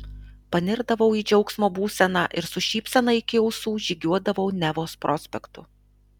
panirdavau į džiaugsmo būseną ir su šypsena iki ausų žygiuodavau nevos prospektu